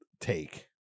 take